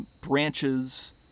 branches